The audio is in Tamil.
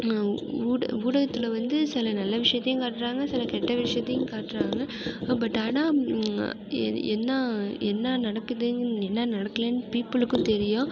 நா ஊடு ஊடகத்தில் வந்து சில நல்ல விஷயத்தையும் காட்றாங்க சில கெட்ட விஷயத்தையும் காட்டுறாங்க பட் ஆனால் ஏன்னு என்ன என்ன நடக்குதுங்க என்னா நடக்கலன்னு பீப்பிளுக்கும் தெரியும்